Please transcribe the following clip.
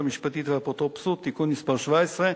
המשפטית והאפוטרופסות (תיקון מס' 17)